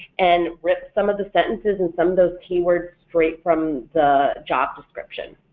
and rip some of the sentences and some of those keywords straight from the job description.